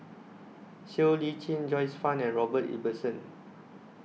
Siow Lee Chin Joyce fan and Robert Ibbetson